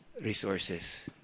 resources